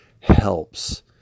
helps